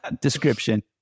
description